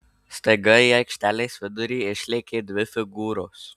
staiga į aikštelės vidurį išlėkė dvi figūros